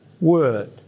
word